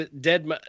dead